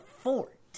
fort